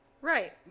Right